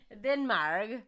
Denmark